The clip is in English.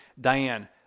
Diane